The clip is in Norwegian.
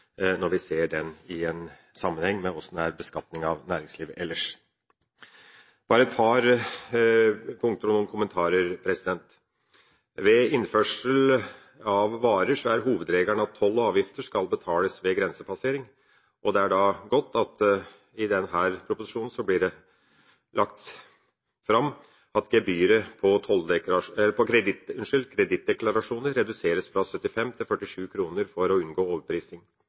når vi ser den i en sammenheng med beskatningen av næringslivet ellers. Bare et par punkter og noen kommentarer: Ved innførsel av varer er hovedregelen at toll og avgifter skal betales ved grensepassering, og det er godt at det i denne proposisjonen blir lagt fram at gebyret på kredittdeklarasjoner reduseres fra 75 kr til 47 kr for å unngå overprising.